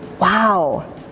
Wow